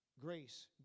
Grace